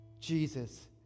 Jesus